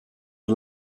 and